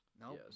No